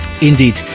Indeed